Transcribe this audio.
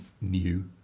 new